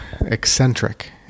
eccentric